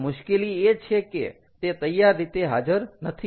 પણ મુશ્કેલી એ છે કે તે તૈયાર રીતે હાજર નથી